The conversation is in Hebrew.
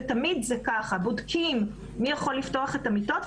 ותמיד זה ככה: בודקים מי יכול לפתוח את המיטות,